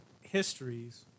histories